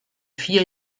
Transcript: vier